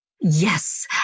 Yes